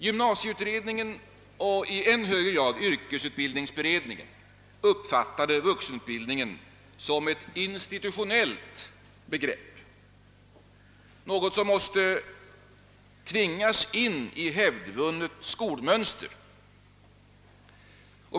Gymnasieutredningen och i än högre grad yrkesutbildningsberedningen uppfattade vuxenutbildningen som ett institutionellt begrepp, något som tvingas in i ett hävdvunnet skolmönster.